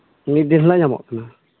ᱢᱤᱫᱫᱤᱱ ᱨᱮᱱᱟᱜ ᱧᱟᱢᱚᱜ ᱠᱟᱱᱟ